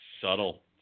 subtle